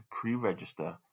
pre-register